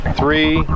three